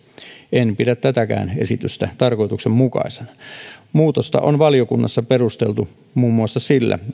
en pidä tätäkään esitystä tarkoituksenmukaisena muutosta on valiokunnassa perusteltu muun muassa sillä